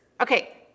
Okay